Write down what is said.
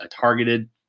targeted